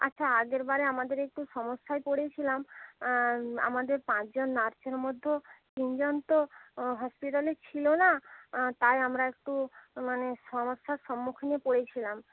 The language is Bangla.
আচ্ছা আগের বারে আমাদের একটু সমস্যায় পড়েছিলাম আমাদের পাঁচজন নার্সের মধ্যেও তিনজন তো ও হসপিটালে ছিলো না তাই আমরা একটু মানে সমস্যার সম্মুখীন পড়েছিলাম